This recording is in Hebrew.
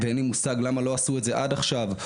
ואין לי מושג למה לא עשו את זה עד עכשיו,